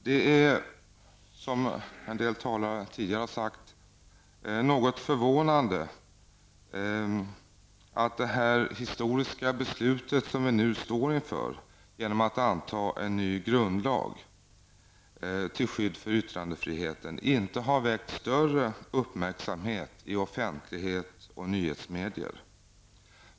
Det är, som en del talare redan har sagt, något förvånande att det historiska beslut som vi nu står inför, att anta en ny grundlag till skydd för yttrandefriheten, inte har väckt större uppmärksamhet i offentlighet och nyhetsmedier.